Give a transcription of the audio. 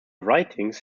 writings